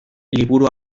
liburu